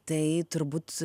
tai turbūt